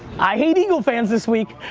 i hate eagle fans this week.